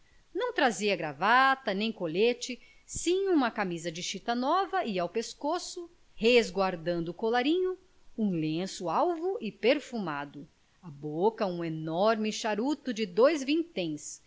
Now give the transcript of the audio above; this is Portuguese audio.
não trazia gravata nem colete sim uma camisa de chita nova e ao pescoço resguardando o colarinho um lenço alvo e perfumado à boca um enorme charuto de dois vinténs